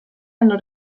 hanno